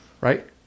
right